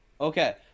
Okay